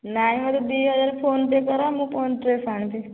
ନାଇଁ ମୋର ଦୁଇ ହଜାର ଫୋନ୍ପେ' କର ମୁଁ ପୁଣି ଡ୍ରେସ୍ ଆଣିବି